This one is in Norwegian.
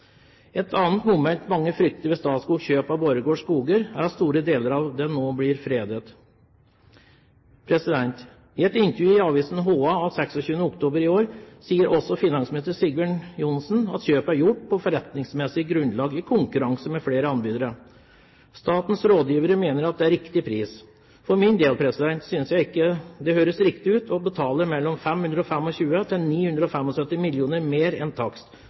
Et annet moment mange frykter ved Statskogs kjøp av Borregaard Skoger, er at store deler av den nå blir fredet. I et intervju i avisen Hamar Arbeiderblad av 26. oktober i år sier også finansminister Sigbjørn Johnsen: «Kjøpet er gjort på et forretningsmessig grunnlag i konkurranse med flere anbydere. Statens rådgivere mener det er en riktig pris.» For min del synes jeg ikke det høres riktig ut å betale mellom 525 og 975 mill. kr mer enn takst for å kjøpe skog. Private må tenke langsiktig økonomi, og